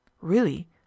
Really